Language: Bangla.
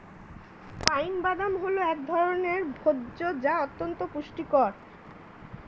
পাইন বাদাম হল এক ধরনের ভোজ্য যা অত্যন্ত পুষ্টিকর